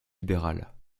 libérales